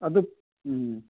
ꯑꯗꯨ ꯎꯝ